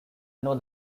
know